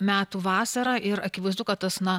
metų vasarą ir akivaizdu kad tas na